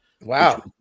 Wow